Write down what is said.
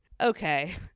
Okay